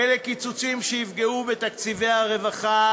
אלה קיצוצים שיפגעו בתקציבי הרווחה,